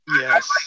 yes